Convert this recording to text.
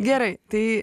gerai tai